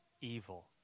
evil